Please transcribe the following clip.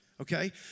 okay